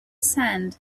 sand